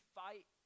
fight